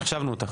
החשבנו אותך.